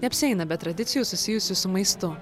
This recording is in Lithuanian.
neapsieina be tradicijų susijusių su maistu